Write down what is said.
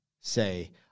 say